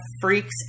freaks